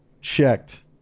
Checked